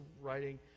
writing